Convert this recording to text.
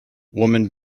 woman